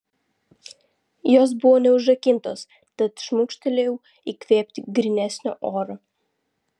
jos buvo neužrakintos tad šmurkštelėjau įkvėpti grynesnio oro